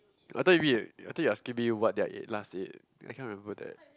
I thought you mean like I thought you asking me what did I ate last ate I cannot remember that